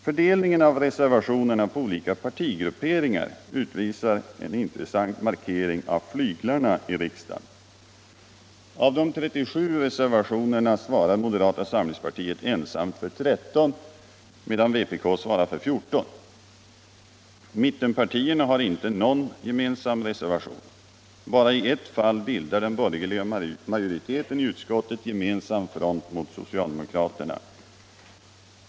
Fördelningen av reservationerna på olika partigrupperingar utvisar en intressant markering av flyglarna i riksdagen. Av de 37 reservationerna svarar moderata samlingspartiet ensamt för 13, medan vpk svarar för 14, mittenpartierna har inte någon gemensam reservation. Bara i ett fall bildar den borgerliga majoriteten i utskottet gemensam front mot socialdemokraterna.